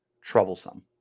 troublesome